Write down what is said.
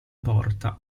porta